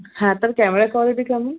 হ্যাঁ তার camera quality কেমন